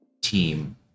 team